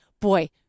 boy